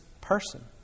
person